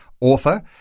author